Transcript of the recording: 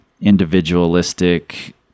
individualistic